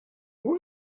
who